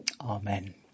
Amen